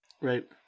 right